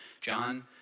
John